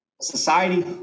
society